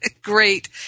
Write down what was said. great